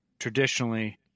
traditionally